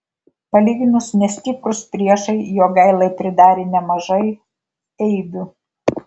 palyginus nestiprūs priešai jogailai pridarė nemažai eibių